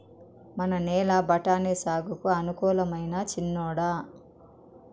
మన నేల బఠాని సాగుకు అనుకూలమైనా చిన్నోడా